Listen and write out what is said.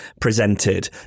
presented